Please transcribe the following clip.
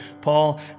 Paul